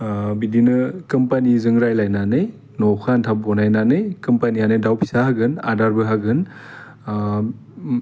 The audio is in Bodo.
बिदिनो कोमपानिजों रायलायनानै न'खा आन्थाब बनायनानै कोमपानियानो दाउ फिसा होगोन आदारबो होगोन उम